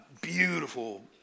beautiful